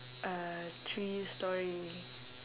a three storey